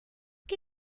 que